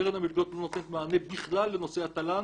קרן המלגות לא נותנת מענה בכלל לנושא התל"ן.